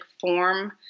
form